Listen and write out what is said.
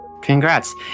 Congrats